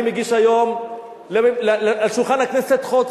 אני מגיש היום על שולחן הכנסת חוק,